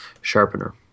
sharpener